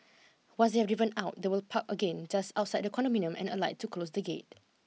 once they have driven out they will park again just outside the condominium and alight to close the gate